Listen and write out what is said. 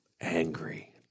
angry